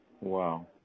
Wow